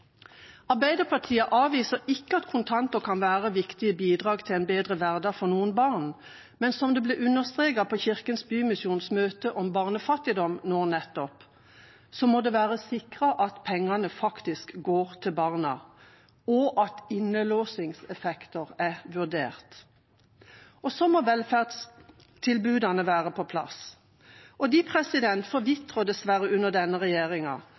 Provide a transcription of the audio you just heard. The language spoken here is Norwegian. Arbeiderpartiet avviser ikke at kontanter kan være et viktig bidrag til en bedre hverdag for noen barn. Men som det ble understreket på Kirkens Bymisjons møte om barnefattigdom nå nettopp, må det være sikret at pengene faktisk går til barna, og at innelåsingseffekter er vurdert. Og så må velferdstilbudene være på plass. De forvitrer dessverre under denne regjeringa,